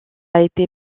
été